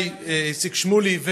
בוקר וחברי הכנסת נחמן שי ואיציק שמולי,